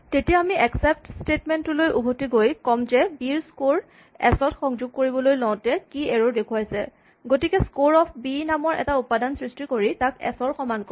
তেতিয়া আমি except statement টোলৈ উভতি গৈ কম যে বি ৰ স্কৰ ত এচ টো সংযোগ কৰিবলৈ লওঁতে কী এৰ'ৰ দেখুৱাইছে গতিকে স্কৰ অফ বি নামৰ এটা উপাদান সৃষ্টি কৰি তাক এচ ৰ সমান কৰা